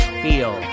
feel